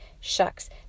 Shucks